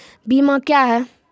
बीमा क्या हैं?